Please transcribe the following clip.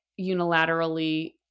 unilaterally